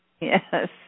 yes